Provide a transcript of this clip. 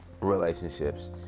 relationships